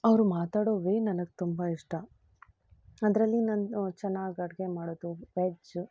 ಅವರು ಮಾತಾಡೋ ವೇ ನನಗೆ ತುಂಬ ಇಷ್ಟ ಅದರಲ್ಲಿ ನಾನು ಚೆನ್ನಾಗಿ ಅಡುಗೆ ಮಾಡೋದು ವೆಜ್ಜ